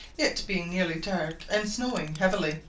it being nearly dark, and snowing heavily.